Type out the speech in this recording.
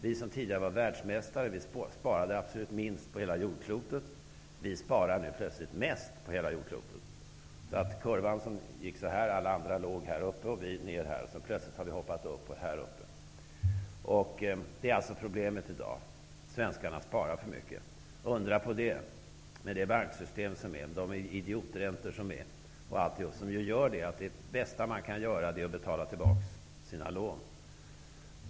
Vi som tidigare var världsmästare och sparade absolut minst på hela jordklotet, sparar nu plötsligt mest. Undra på det, med detta banksystem och dessa idioträntor, som innebär att det bästa man kan göra är att betala tillbaka sina lån.